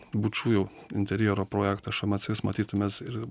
bučų jau interjero projektą šmc jūs matytumėt ir